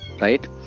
right